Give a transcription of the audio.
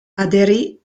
aderì